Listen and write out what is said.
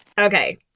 Okay